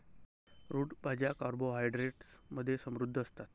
route भाज्या carbohydrates मध्ये समृद्ध असतात